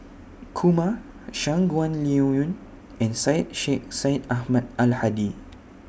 Kumar Shangguan Liuyun and Syed Sheikh Syed Ahmad Al Hadi